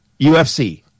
UFC